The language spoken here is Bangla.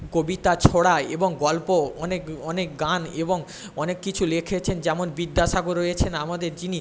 কবিতা ছড়া এবং গল্প অনেক অনেক গান এবং অনেক কিছু লিখেছেন যেমন বিদ্যাসাগর রয়েছেন আমাদের যিনি